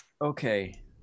okay